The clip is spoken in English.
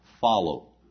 follow